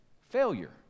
failure